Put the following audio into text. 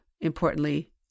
importantly